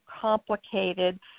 complicated